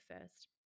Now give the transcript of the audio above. first